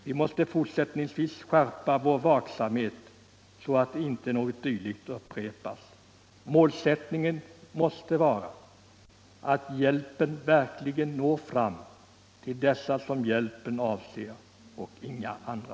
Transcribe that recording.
Vi måste fortsättningsvis skärpa vår vaksamhet så att det inte upprepas. Målsättningen i biståndsarbetet måste vara att om hjälp skall lämnas, hjälpen verkligen skall nå fram till dem som hjälpen avser och inga andra.